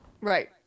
Right